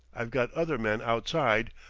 i've got other men outside,